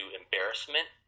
embarrassment